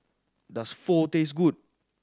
does Pho taste good